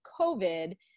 COVID